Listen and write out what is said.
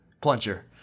plunger